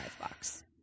box